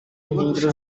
nkengero